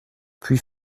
puis